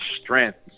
strength